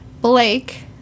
Blake